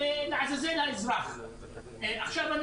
עכשיו,